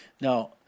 now